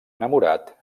enamorat